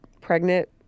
pregnant